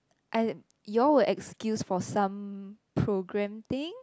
I you all were excuse for some programme thing